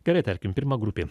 gerai tarkim pirma grupė